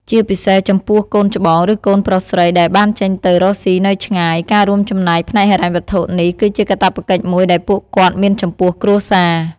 ជាពិសេសចំពោះកូនច្បង ឬកូនប្រុសស្រីដែលបានចេញទៅរកស៊ីនៅឆ្ងាយ ការរួមចំណែកផ្នែកហិរញ្ញវត្ថុនេះគឺជាកាតព្វកិច្ចមួយដែលពួកគាត់មានចំពោះគ្រួសារ។